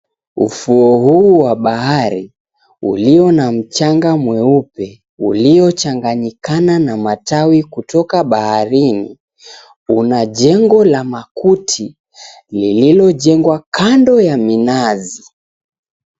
Ufuo huu wa bahari, ulio na mchanga mweupe, uliochanganyikana na matawi kutoka baharini, una jengo la makuti lililo𝑗engwa kando ya minazi.